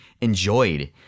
enjoyed